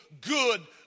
good